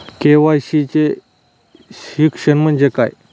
KYC चे शिक्षण म्हणजे काय?